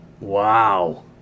Wow